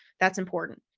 that's important.